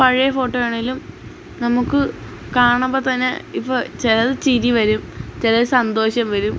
പഴയ ഫോട്ടോയാണേലും നമുക്ക് കാണുമ്പോള്ത്തന്നെ ഇപ്പോള് ചിലത് ചിരി വരും ചിലത് സന്തോഷം വരും